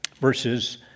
verses